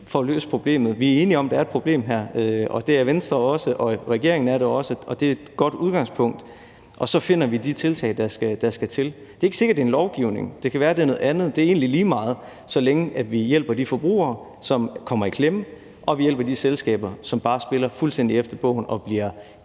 for at løse problemet. Vi er enige om, at der er et problem her. Det er Venstre, og det er regeringen også, og det er et godt udgangspunkt, og så finder vi de tiltag, der skal til. Det er ikke sikkert, det er en lovgivning. Det kan være, det er noget andet. Det er egentlig lige meget, så længe vi hjælper de forbrugere, som kommer i klemme, og vi hjælper de selskaber, som bare spiller fuldstændig efter bogen og bliver